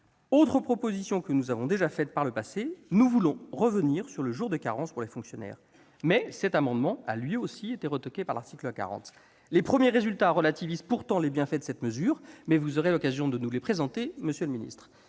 Autre proposition que nous avons déjà faite par le passé : nous voulons revenir sur le jour de carence pour les fonctionnaires. Mais cet amendement a, lui aussi, été retoqué sur le fondement de l'article 40 ... Les premiers résultats relativisent pourtant les bienfaits de cette mesure, que vous aurez l'occasion de nous présenter, monsieur le secrétaire